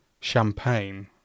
champagne